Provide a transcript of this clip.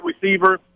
receiver